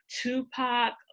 Tupac